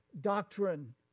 doctrine